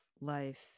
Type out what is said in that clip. life